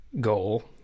goal